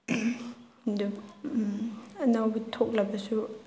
ꯑꯗꯨ ꯑꯅꯧꯕ ꯊꯣꯛꯂꯕꯁꯨ